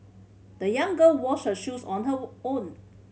the young girl washed her shoes on her own